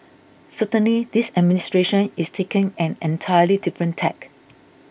certainly this administration is taking an entirely different tack